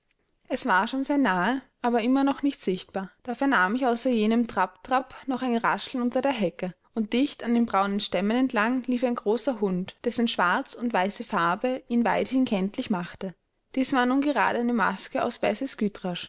es war schon sehr nahe aber immer noch nicht sichtbar da vernahm ich außer jenem trapp trapp noch ein rascheln unter der hecke und dicht an den braunen stämmen entlang lief ein großer hund dessen schwarz und weiße farbe ihn weithin kenntlich machte dies war nun gerade eine maske aus